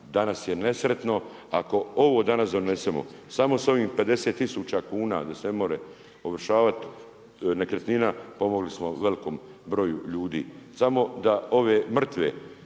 danas je nesretno, ako ovo danas donesemo samo s ovih 50 tisuća kuna, da se ne može ovršavati nekretnina, pomogli smo velikom broju ljudi. Samo da ove mrtve